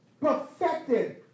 Perfected